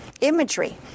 imagery